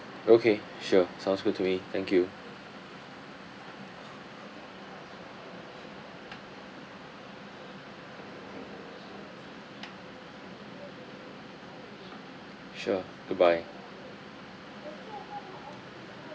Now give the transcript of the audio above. okay sure sounds good to me thank you sure goodbye